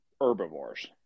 herbivores